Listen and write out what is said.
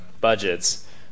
budgets